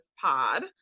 pod